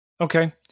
Okay